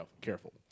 careful